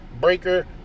Breaker